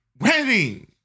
wedding